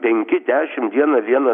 penki dešim dieną vienas